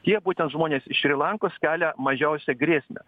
tie būtent žmonės iš šri lankos kelia mažiausią grėsmę